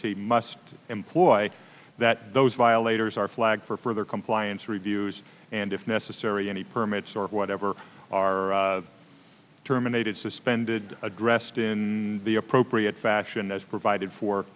t must employ that those violators are flag for further compliance reviews and if necessary any permits or whatever are terminated suspended addressed in the appropriate fashion as provided for